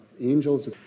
Angels